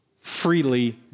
freely